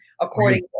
according